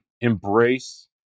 embrace